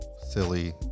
silly